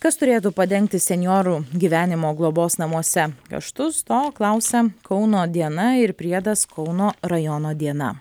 kas turėtų padengti senjorų gyvenimo globos namuose kaštus to klausia kauno diena ir priedas kauno rajono diena